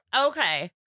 Okay